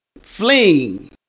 fling